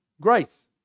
grace